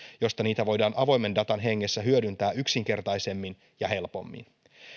josta niitä voidaan avoimen datan hengessä hyödyntää yksinkertaisemmin ja helpommin